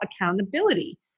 accountability